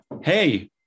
hey